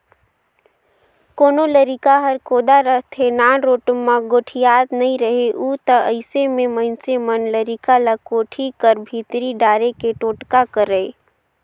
कोनो लरिका हर कोदा रहथे, नानरोट मे गोठियात नी रहें उ ता अइसे मे मइनसे मन लरिका ल कोठी कर भीतरी डाले के टोटका करय